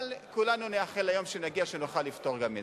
אבל כולנו נייחל ליום שנוכל לפטור אותם גם מזה.